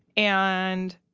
and,